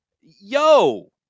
Yo